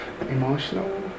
emotional